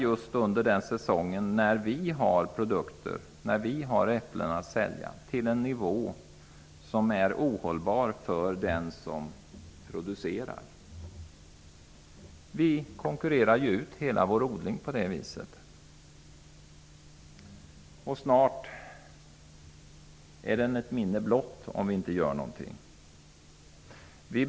Just under den tid då det finns svenska äpplen att sälja pressar man priserna till en för producenten orimligt låg nivå. Vi konkurrerar på det sättet ut hela vår egen odling. Den är snart ett minne blott, om vi inte gör någonting.